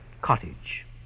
cottage